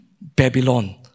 Babylon